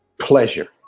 pleasure